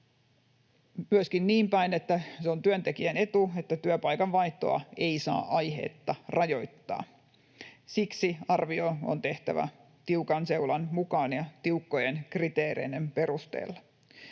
myöskin niinpäin, että se on työntekijän etu, että työpaikan vaihtoa ei saa aiheetta rajoittaa. Siksi arvio on tehtävä tiukan seulan mukaan ja tiukkojen kriteereiden perusteella.